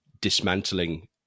dismantling